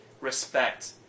respect